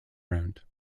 round